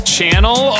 Channel